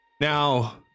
now